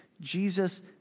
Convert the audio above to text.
Jesus